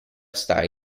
stare